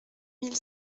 mille